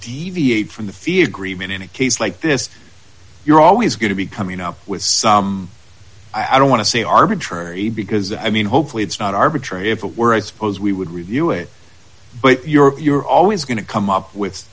deviate from the fear agreement in a case like this you're always going to be coming up with some i don't want to say arbitrary because i mean hopefully it's not arbitrary if it were i suppose we would review it but you're always going to come up with